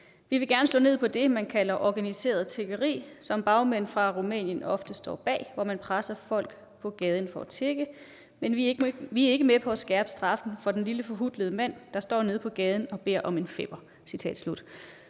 »Vi vil gerne slå ned på det, man kan kalde organiseret tiggeri, som bagmænd fra Rumænien ofte står bag, hvor man presser folk på gaden for at tigge. Men vi er ikke med på at skærpe straffen for den lille forhutlede mand, der står nede på gaden og beder om en femmer«.